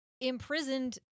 imprisoned